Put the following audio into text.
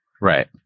Right